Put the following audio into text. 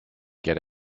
get